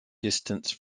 distance